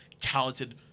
talented